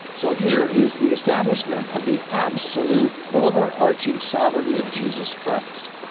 so here is the establishment of the absolute overarching sovereignty of jesus christ,